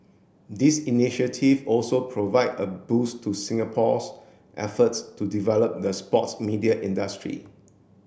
this initiative also provide a boost to Singapore's efforts to develop the sports media industry